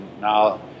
now